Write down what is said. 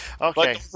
Okay